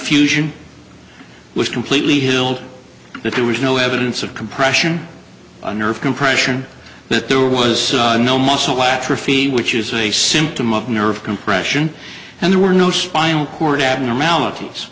fusion was completely hilde if there was no evidence of compression nerve compression but there was no muscle atrophy which is a symptom of nerve compression and there were no spinal cord abnormalities